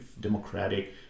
democratic